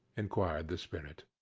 inquired the spirit.